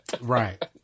right